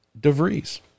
DeVries